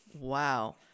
wow